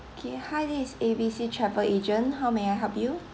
okay hi this is A B C travel agent how may I help you